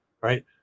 right